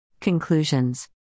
Conclusions